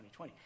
2020